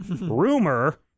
rumor